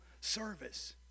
service